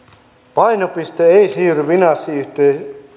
painopiste ei siirry finanssisijoitusyhtiö